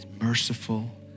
merciful